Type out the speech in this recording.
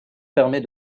permet